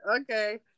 Okay